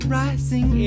rising